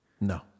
no